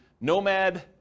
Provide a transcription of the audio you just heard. Nomad